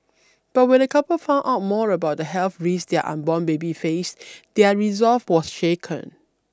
but when the couple found out more about the health risks their unborn baby faced their resolve was shaken